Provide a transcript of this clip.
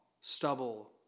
stubble